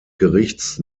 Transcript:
gerichts